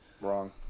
Wrong